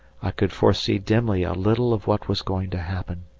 i could foresee dimly a little of what was going to happen.